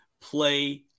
play